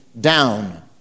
down